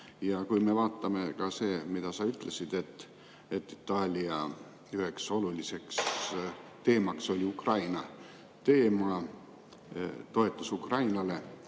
asi. Ja ka see, mida sa ütlesid, et Itaalia üheks oluliseks teemaks oli Ukraina teema, toetus Ukrainale,